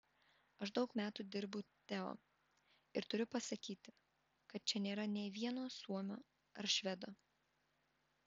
aš daug metų dirbu teo ir turiu pasakyti kad čia nėra nė vieno suomio ar švedo